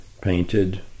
painted